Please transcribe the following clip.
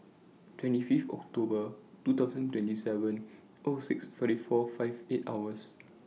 twenty five October two thousand twenty seven O six forty four fifty eight hours